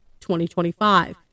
2025